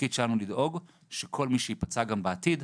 והתפקיד שלנו לדאוג שכל מי שייפצע גם בעתיד,